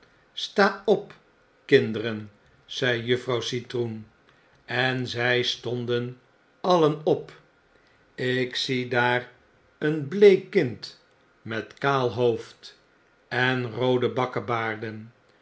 sta op kinderen zei juffrouw citroen en z stonden alien op ik zie daar een bleek kind met kaalhoofd en roode